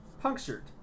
punctured